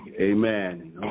Amen